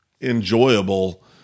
enjoyable